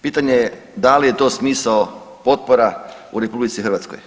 Pitanje je da li je to smisao potpora u RH.